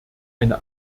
eine